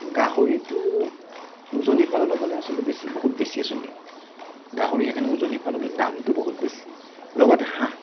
গাহৰিটো উজনি ফাললৈ গ'লে আচলতে বেছি বহুত বেছিয়ে চলে গাহৰি সেইকাৰণে উজনি ফাললৈ দামটো বহুত বেছি লগতে হাঁহ